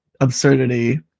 absurdity